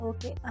Okay